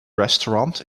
restaurant